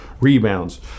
rebounds